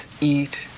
eat